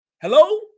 Hello